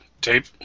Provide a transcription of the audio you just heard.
Tape